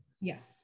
Yes